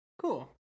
Cool